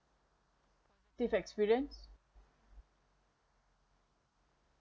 positive experience